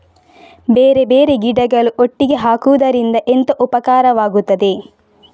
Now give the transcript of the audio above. ಬೇರೆ ಬೇರೆ ಗಿಡಗಳು ಒಟ್ಟಿಗೆ ಹಾಕುದರಿಂದ ಎಂತ ಉಪಕಾರವಾಗುತ್ತದೆ?